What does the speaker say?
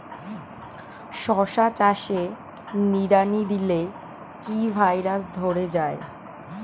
শশা চাষে নিড়ানি দিলে কি ভাইরাস ধরে যায়?